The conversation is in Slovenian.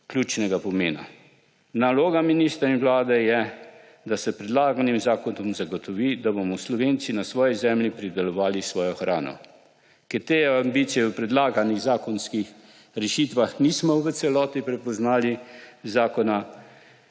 ključnega pomena. Naloga ministra in vlade je, da se s predlaganim zakonom zagotovi, da bomo Slovenci na svoji zemlji pridelovali svojo hrano. Ker te ambicije v predlaganih zakonskih rešitvah nismo v celoti prepoznali, zakona